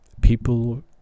people